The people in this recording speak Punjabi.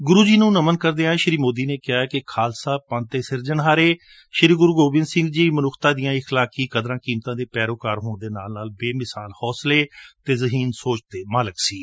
ਗੁਰੂ ਜੀ ਨੂੰ ਨਮਨ ਕਰਦਿਆਂ ਸ੍ਰੀ ਮੋਦੀ ਨੇ ਕਿਹਾ ਕਿ ਖਾਲਸਾ ਪੰਬ ਦੇ ਸਿਰਜਣਹਾਰੇ ਗੁਰੂ ਗੋਬਿੰਦ ਸਿੰਘ ਜੀ ਮਨੁੱਖਤਾ ਦੀਆਂ ਇਖਲਾਕੀ ਕਦਰਾਂ ਕੀਮਤਾਂ ਦੇ ਪੈਰੋਕਾਰ ਹੋਣ ਦੇ ਨਾਲ ਨਾਲ ਬੇਮਿਸਾਲ ਹੌਸਲੇ ਅਤੇ ਜ਼ਹੀਨ ਸੋਚ ਦੇ ਮਾਲਕ ਵੀ ਸਨ